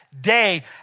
day